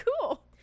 cool